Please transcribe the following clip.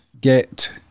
get